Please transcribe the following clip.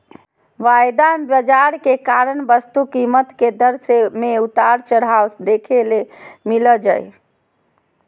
वायदा बाजार के कारण वस्तु कीमत के दर मे उतार चढ़ाव देखे ले मिलो जय